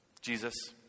Jesus